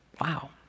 Wow